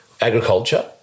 agriculture